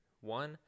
one